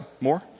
more